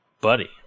buddy